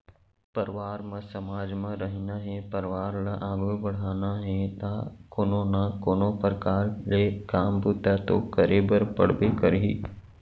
परवार म समाज म रहिना हे परवार ल आघू बड़हाना हे ता कोनो ना कोनो परकार ले काम बूता तो करे बर पड़बे करही